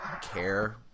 care